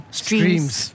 streams